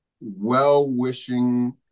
well-wishing